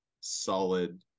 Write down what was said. solid –